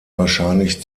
wahrscheinlich